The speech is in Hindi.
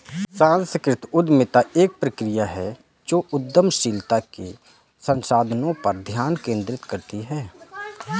सांस्कृतिक उद्यमिता एक प्रक्रिया है जो उद्यमशीलता के संसाधनों पर ध्यान केंद्रित करती है